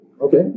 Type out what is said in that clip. Okay